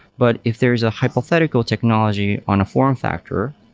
but if there is a hypothetical technology on a form factor,